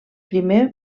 primer